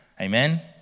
amen